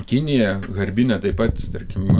kinija harbine taip pat tarkim